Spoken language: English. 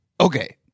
Okay